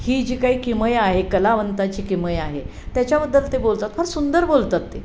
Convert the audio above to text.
ही जी काही किमया आहे कलावंतची किमया आहे त्याच्याबद्दल ते बोलतात फार सुंदर बोलतात ते